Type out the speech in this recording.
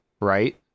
right